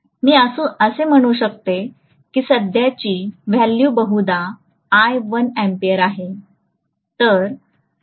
मी असे म्हणू शकते की सध्याची व्हॅल्यू बहुधा I1 अँपिअर आहे